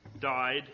died